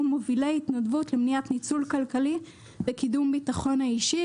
מובילי התנדבות למניעת ניצול כלכלי וקידום הביטחון האישי.